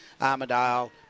Armidale